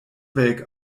welk